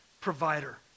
provider